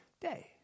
day